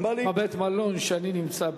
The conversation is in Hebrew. בבית-המלון שאני נמצא,